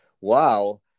wow